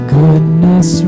goodness